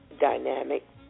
Dynamic